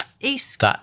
east